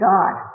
God